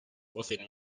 often